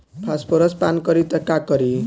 Phosphorus पान करी त का करी?